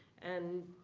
and